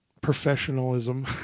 professionalism